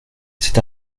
cet